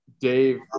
dave